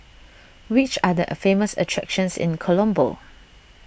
which are the famous attractions in Colombo